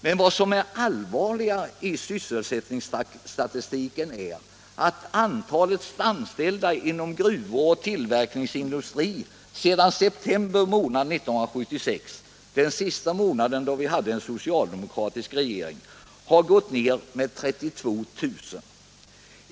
Det som emellertid är allvarligare i sysselsättningsstatistiken är att antalet anställda inom gruv och tillverkningsindustrin sedan september månad 1976, den senaste månad som vi hade en socialdemokratisk regering, har gått ner med 32 000.